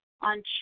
on